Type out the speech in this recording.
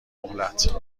مهلت